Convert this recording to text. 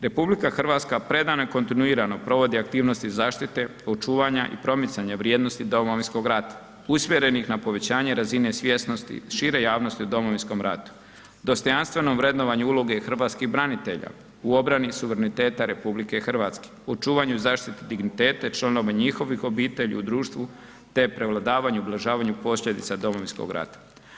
RH predano i kontinuirano provodi aktivnosti zaštite očuvanja i promicanja vrijednosti Domovinskog rata usmjerenih na povećanje razine svjesnosti šire javnosti u Domovinskom ratu, dostojanstvenom vrednovanju uloge hrvatskih branitelja u obrani suveremeniteta RH u očuvanju i zaštiti digniteta i članova njihovih obitelji u društvu te prevladavanju i ublažavanju posljedica Domovinskog rata.